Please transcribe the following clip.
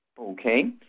Okay